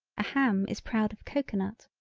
a ham is proud of cocoanut.